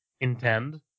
intend